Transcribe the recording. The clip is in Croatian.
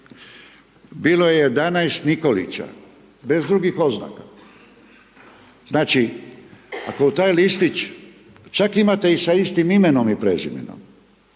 bilo je 11 Nikolića, bez drugih oznaka, znači ako u taj listić, čak imate i sa istim imenom i prezimenom.